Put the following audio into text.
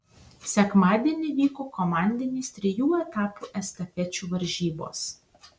sekmadienį vyko komandinės trijų etapų estafečių varžybos